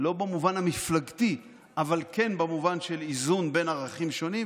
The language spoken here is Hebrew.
לא במובן המפלגתי אבל כן במובן של איזון בין ערכים שונים,